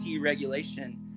regulation